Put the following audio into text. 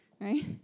right